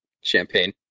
champagne